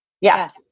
Yes